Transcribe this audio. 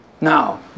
Now